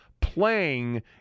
playing